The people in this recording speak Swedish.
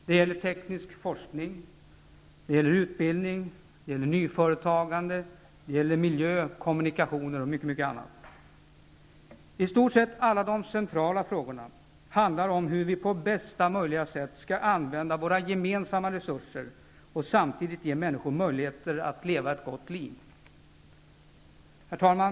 Det gäller teknisk forskning, utbildning, nyföretagande, miljö, kommunikationer och mycket annat. I stort sett handlar alla de centrala frågorna om hur vi på bästa möjliga sätt skall använda våra gemensamma resurser och samtidigt ge människor möjlighet att leva ett gott liv. Herr talman!